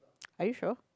are you sure